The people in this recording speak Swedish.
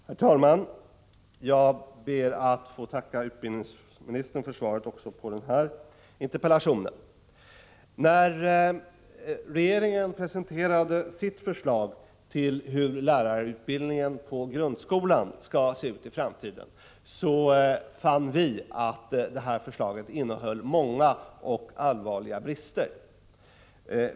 Herr talman! Jag ber att få tacka utbildningsministern för svaret på också denna interpellation. När regeringen presenterade sitt förslag till hur lärarutbildningen på grundskolan skall se ut i framtiden fann vi att förslaget innehöll många och allvarliga brister.